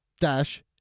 dash